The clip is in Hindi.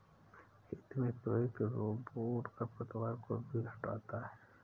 खेती में प्रयुक्त रोबोट खरपतवार को भी हँटाता है